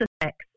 effects